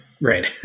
Right